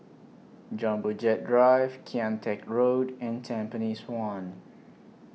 Jumbo Jet Drive Kian Teck Road and Tampines one